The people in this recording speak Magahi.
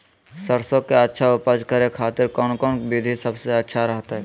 सरसों के अच्छा उपज करे खातिर कौन कौन विधि सबसे अच्छा रहतय?